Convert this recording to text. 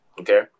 okay